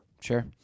Sure